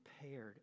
prepared